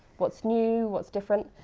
what's new, what's different.